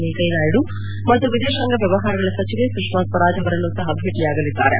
ವೆಂಕಯ್ಕ ನಾಯ್ಡು ಮತ್ತು ವಿದೇಶಾಂಗ ವ್ಕವಹಾರಗಳ ಸಚಿವೆ ಸುಷ್ಮಾ ಸ್ವರಾಜ್ ಅವರನ್ನು ಸಹ ಭೇಟಿಯಾಗಲಿದ್ದಾರೆ